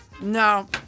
No